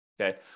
Okay